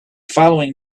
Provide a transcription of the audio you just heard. following